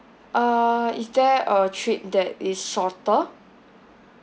uh is there a trip that is shorter